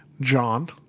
John